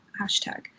hashtag